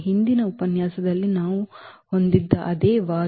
ಹಿಂದಿನ ಉಪನ್ಯಾಸಗಳಲ್ಲಿ ನಾವು ಹೊಂದಿದ್ದ ಅದೇ ವಾದ